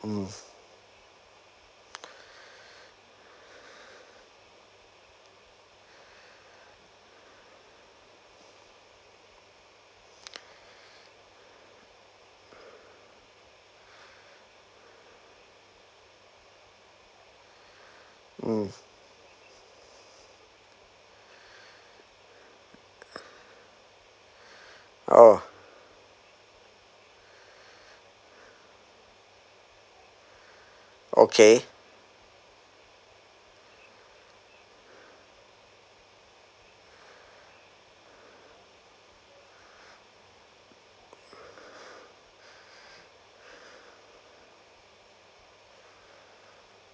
mm mm oh okay